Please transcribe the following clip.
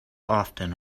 often